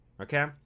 okay